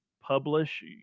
publish